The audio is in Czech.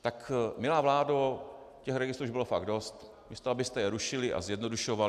Tak milá vládo, těch registrů už bylo fakt dost, místo abyste je rušili a zjednodušovali.